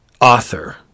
author